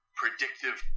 predictive